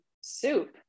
soup